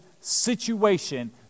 situation